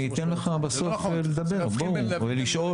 אני אתן לך בסוף לדבר ולשאול,